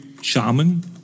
Shaman